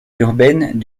urbaine